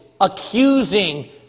accusing